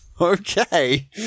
Okay